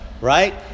right